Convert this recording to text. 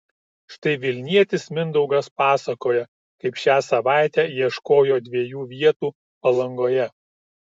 štai vilnietis mindaugas pasakoja kaip šią savaitę ieškojo dviejų vietų palangoje